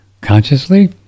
consciously